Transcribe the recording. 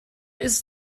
ist